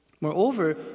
Moreover